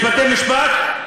יש בתי-משפט,